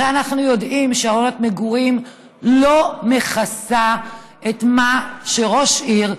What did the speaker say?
הרי אנחנו יודעים שארנונת מגורים לא מכסה את מה שראש עיר,